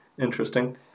interesting